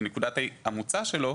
בנקודת המוצא שלו,